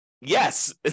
yes